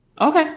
Okay